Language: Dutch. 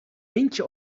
eentje